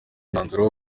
umwanzuro